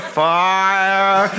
fire